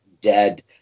dead